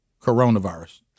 coronavirus